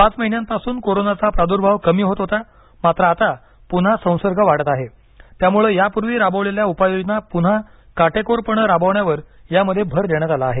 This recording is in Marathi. पाच महिन्यांपासून कोरोनाचा प्रादुर्भाव कमी होत होता मात्र आता पुन्हा संसर्ग वाढत आहे त्यामुळे यापूर्वी राबवलेल्या उपाययोजना पुन्हा काटेकोरपणे राबवण्यावर यामध्ये भर देण्यात आला आहे